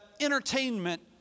entertainment